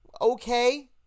okay